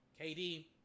KD